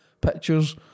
pictures